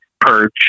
perch